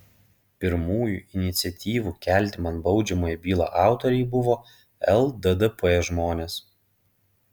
pirmųjų iniciatyvų kelti man baudžiamąją bylą autoriai buvo lddp žmonės